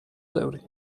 წევრი